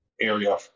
area